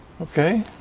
Okay